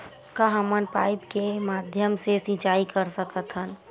का हमन पाइप के माध्यम से सिंचाई कर सकथन?